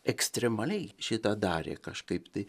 ekstremaliai šitą darė kažkaip tai